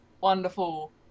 wonderful